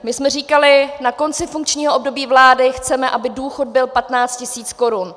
My jsme říkali, na konci funkčního období vlády chceme, aby důchod byl 15 tisíc korun.